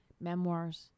memoirs